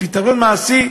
ופתרון מעשי,